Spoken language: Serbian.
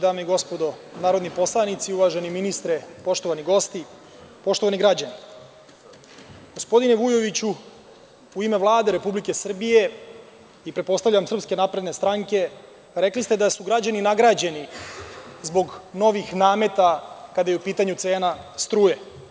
Dame i gospodo narodni poslanici, uvaženi ministre, poštovani gosti, poštovani građani, gospodine Vujoviću, u ime Vlade Republike Srbije i pretpostavljam SNS, rekli ste da su građani nagrađeni zbog novih nameta, kada je u pitanju cena struje.